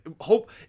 Hope